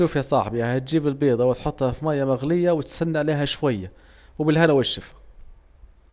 شوف يا صاحبي هتجيب البيضة وتحطها في ميا مغلية وتنستنى عليها شوية وبالهنا والشفا